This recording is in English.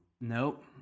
nope